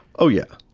oh yeah.